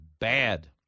bad